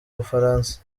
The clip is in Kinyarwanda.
bufaransa